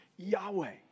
Yahweh